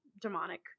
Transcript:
demonic